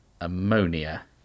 ammonia